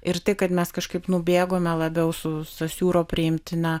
ir tai kad mes kažkaip nubėgome labiau su sosiūro priimtina